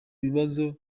bibazo